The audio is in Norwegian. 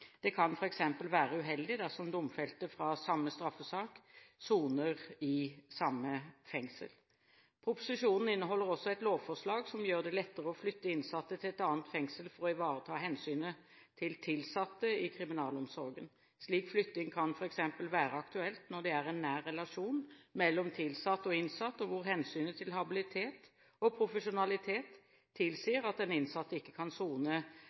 Det kan f.eks. være uheldig dersom domfelte fra samme straffesak soner i samme fengsel. Proposisjonen inneholder også et lovforslag som gjør det lettere å flytte innsatte til et annet fengsel for å ivareta hensynet til tilsatte i kriminalomsorgen. Slik flytting kan f.eks. være aktuelt når det er en nær relasjon mellom tilsatt og innsatt, og hvor hensynet til habilitet og profesjonalitet tilsier at den innsatte ikke kan sone